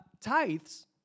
tithes